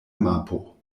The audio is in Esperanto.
mapo